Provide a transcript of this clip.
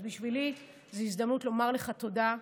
אז בשבילי זו הזדמנות לומר לך תודה.